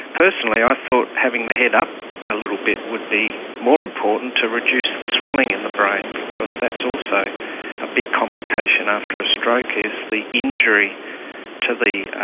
personally i thought having the head up a little bit would be more important to reduce the swelling in the brain because that's also a big complication after a stroke, is the injury to the